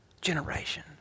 generation